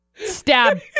Stab